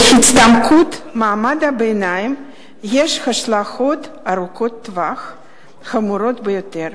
להצטמקות מעמד הביניים יש השלכות ארוכות-טווח חמורות ביותר.